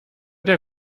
der